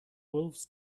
wolves